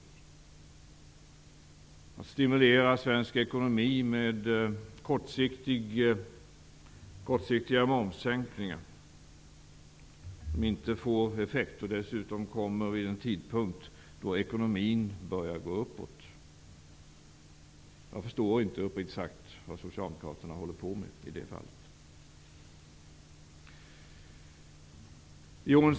Socialdemokraterna vill stimulera svensk ekonomi med kortsiktiga momssänkningar som inte får effekter och som dessutom kommer vid en tidpunkt då ekonomin börjar gå uppåt. Jag förstår uppriktigt sagt inte vad Socialdemokraterna håller på med i det fallet.